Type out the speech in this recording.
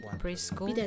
preschool